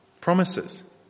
promises